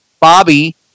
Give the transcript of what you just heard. Bobby